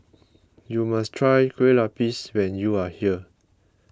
you must try Kueh Lupis when you are here